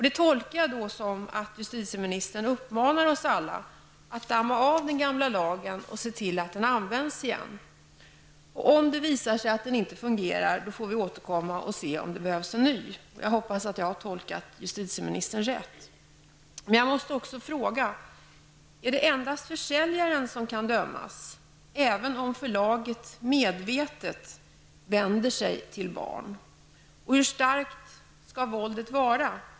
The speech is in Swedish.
Det tolkar jag som att justitieministern vill uppmana oss alla att damma av den gamla lagen och se till att den används igen. Om det visar sig att den inte fungerar får vi återkomma och se om det behövs en ny. Jag hoppas att jag har tolkat justitieministern rätt. Men jag måste fråga: Är det endast försäljaren som kan dömas, även om förlaget medvetet vänder sig till barn? Hur starkt skall våldet vara?